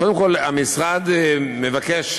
קודם כול, המשרד מבקש,